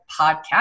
podcast